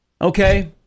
okay